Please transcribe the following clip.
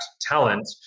talent